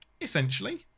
Essentially